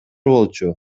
болчу